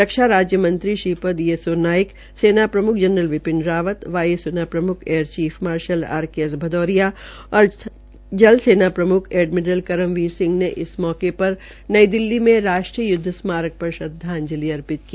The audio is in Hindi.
रक्षा राज्य मंत्री श्रीपद येस्सो नाइक सेना प्रमुख जनरल बिपिन रावत वायु सेना प्रमुख air chief marshal R K S Bhadauria और जल सेना प्रमुख एडमिरल करमवीर सिंह ने इस अवसर पर नई दिल्ली में यूदव स्मारक पर श्रदवाजंलि अर्पित की